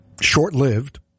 short-lived